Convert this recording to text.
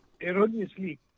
erroneously